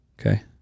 Okay